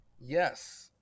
Yes